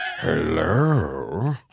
Hello